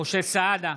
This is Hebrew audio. משה סעדה,